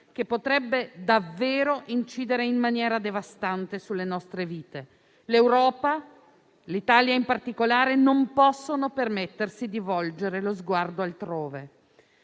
che potrebbe davvero incidere in maniera devastante sulle nostre vite. L'Europa e l'Italia, in particolare, non possono permettersi di volgere lo sguardo altrove.